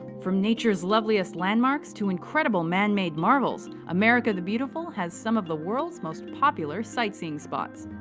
from nature's loveliest landmarks to incredible man-made marvels, america the beautiful has some of the world's most popular sightseeing spots.